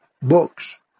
books